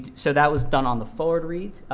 so that was done on the forward reads.